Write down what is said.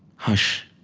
hush,